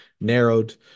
narrowed